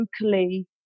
locally